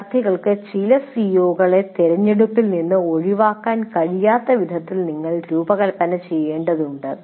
വിദ്യാർത്ഥികൾക്ക് ചില സിഇഒകളെ തിരഞ്ഞെടുപ്പിൽ നിന്ന് ഒഴിവാക്കാൻ കഴിയാത്ത വിധത്തിൽ നിങ്ങൾ രൂപകൽപ്പന ചെയ്യേണ്ടതുണ്ട്